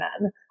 men